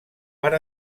per